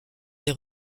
des